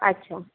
अच्छा